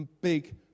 big